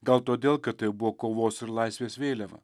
gal todėl kad tai buvo kovos ir laisvės vėliava